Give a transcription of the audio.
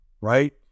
right